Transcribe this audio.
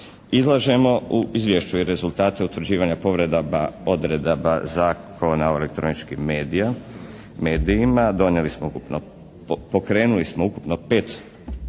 Izlažemo u izvješću i rezultate utvrđivanja povredaba odredaba Zakona o elektroničkim medijima, donijeli smo ukupno,